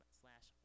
slash